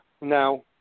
Now